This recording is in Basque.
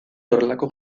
horrelako